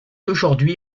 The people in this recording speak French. aujourd’hui